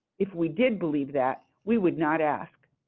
if we did believe that, we would not ask.